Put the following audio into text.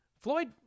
Floyd